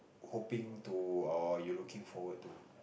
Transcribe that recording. hoping to or you looking forward to